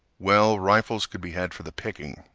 well, rifles could be had for the picking.